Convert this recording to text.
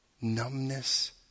numbness